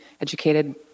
educated